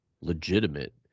legitimate